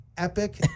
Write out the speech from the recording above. Epic